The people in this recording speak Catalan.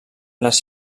les